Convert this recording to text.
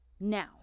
now